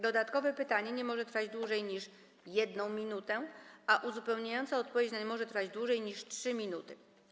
Dodatkowe pytanie nie może trwać dłużej niż 1 minutę, a uzupełniająca odpowiedź nie może trwać dłużej niż 3 minuty.